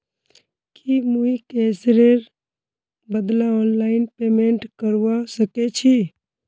की मुई कैशेर बदला ऑनलाइन पेमेंट करवा सकेछी